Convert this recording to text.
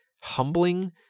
humbling